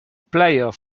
player